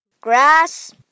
grass